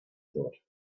thought